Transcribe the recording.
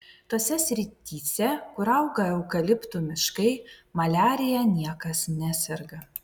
tose srityse kur auga eukaliptų miškai maliarija niekas neserga